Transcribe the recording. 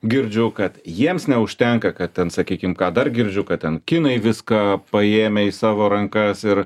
girdžiu kad jiems neužtenka kad ten sakykim ką dar girdžiu kad ten kinai viską paėmę į savo rankas ir